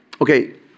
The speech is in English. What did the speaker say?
Okay